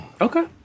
Okay